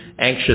anxious